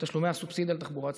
תשלומי הסובסידיה לתחבורה הציבורית.